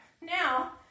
Now